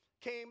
came